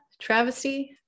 Travesty